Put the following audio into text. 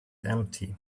empty